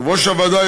יושב-ראש הוועדה,